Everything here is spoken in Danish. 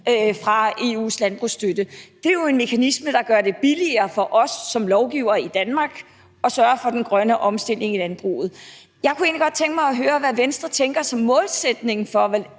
fra EU's landbrugsstøtte. Det er jo en mekanisme, der gør det billigere for os som lovgivere i Danmark at sørge for den grønne omstilling af landbruget. Jeg kunne egentlig godt tænke mig at høre, hvad Venstre tænker at målsætningen